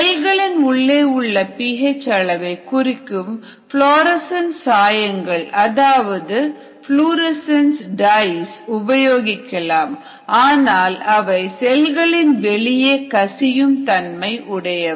செல்களின் உள்ளே உள்ள பி எச் அளவை குறிக்கும் புளோரசன்ஸ் சாயங்கள் அதாவது டைகள் உபயோகிக்கலாம் ஆனால் அவை செல்களின் வெளியே கசியும் தன்மை உடையவை